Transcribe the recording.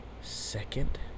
second